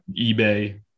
ebay